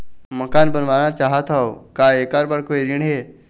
मकान बनवाना चाहत हाव, का ऐकर बर कोई ऋण हे?